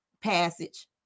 passage